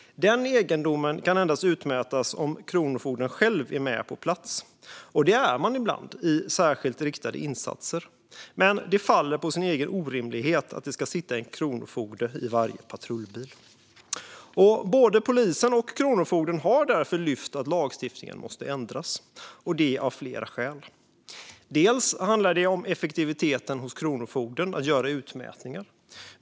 Den egendomen kan endast utmätas om Kronofogden själv är på plats. Det är man ibland, vid särskilt riktade insatser. Men det faller på sin egen orimlighet att det ska sitta en kronofogde i varje patrullbil. Både polisen och Kronofogden har därför lyft upp att lagstiftningen måste ändras, av flera skäl. Det handlar bland annat om effektiviteten hos Kronofogden när det gäller att göra utmätningar.